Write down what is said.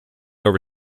over